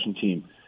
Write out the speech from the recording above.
team